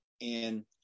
And-